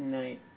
night